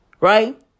Right